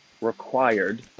required